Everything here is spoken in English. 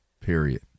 Period